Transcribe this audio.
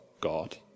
God